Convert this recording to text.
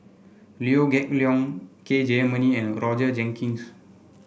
Liew Geok Leong K Jayamani and Roger Jenkins